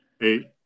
Eight